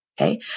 Okay